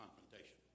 confrontation